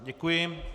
Děkuji.